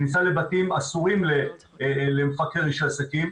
כניסה לבתים אסורים ל- -- רישוי עסקים.